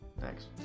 Thanks